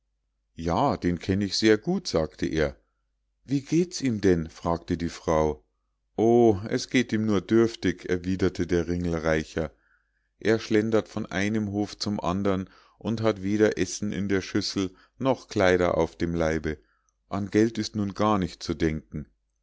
ja den kenn ich sehr gut sagte er wie geht's ihm denn fragte die frau o es geht ihm nur dürftig erwiederte der ringelreicher er schlendert von einem hof zum andern und hat weder essen in der schüssel noch kleider auf dem leibe an geld ist nun gar nicht zu denken